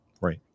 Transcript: Right